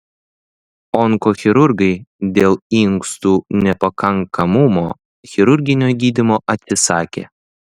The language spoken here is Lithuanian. onkochirurgai dėl inkstų nepakankamumo chirurginio gydymo atsisakė